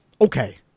okay